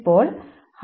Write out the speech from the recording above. ഇപ്പോൾ hello